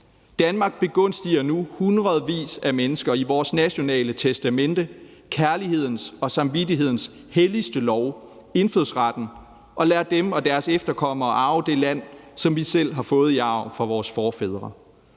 Danmark begunstiger nu hundredvis af mennesker i vores nationale testamente kærlighedens og samvittighedens helligste lov, indfødsretten, og lader dem og deres efterkommere arve det land, som vi selv har fået i arv fra vores forfædre